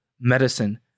medicine